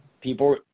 people